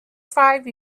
five